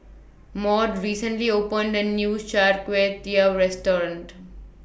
Maude recently opened A New Char Kway Teow Restaurant